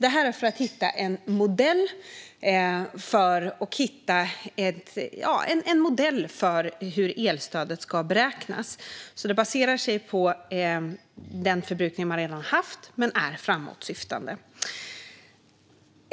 Detta görs för att hitta en modell för hur elstödet ska beräknas. Det baseras på den förbrukning man redan har haft men är framåtsyftande.